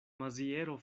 maziero